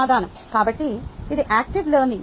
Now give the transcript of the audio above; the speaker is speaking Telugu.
కాబట్టి ఇది యాక్టివ్ లెర్నింగ్